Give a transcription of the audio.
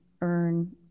earn